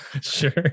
Sure